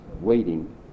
waiting